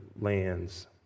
lands